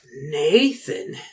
Nathan